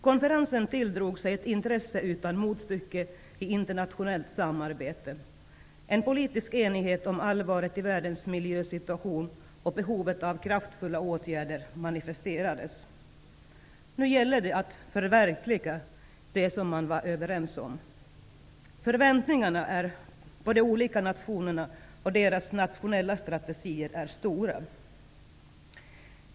Konferensen tilldrog sig ett intresse utan motstycke i internationellt samarbete. En politisk enighet om allvaret i världens miljösituation och behovet av kraftfulla åtgärder manifesterades. Nu gäller det att förverkliga det som man var överens om. Förväntningarna på de olika nationerna och deras nationella strategier är stora.